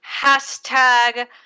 Hashtag